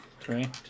Three